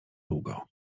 długo